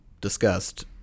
discussed